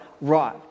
right